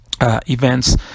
Events